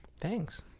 Thanks